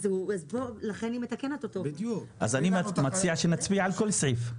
אז אני מציע שנצביע על כל סעיף.